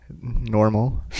Normal